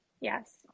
Yes